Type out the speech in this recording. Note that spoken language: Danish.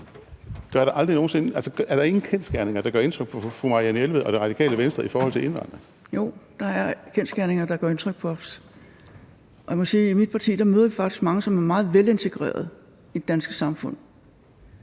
Er der ingen kendsgerninger, der gør indtryk på fru Marianne Jelved og Det Radikale Venstre, i forhold til indvandring? Kl. 16:20 Marianne Jelved (RV): Jo, der er kendsgerninger, der gør indtryk på os, og jeg må sige, at i mit parti møder vi faktisk mange, som er meget velintegrerede i det danske samfund,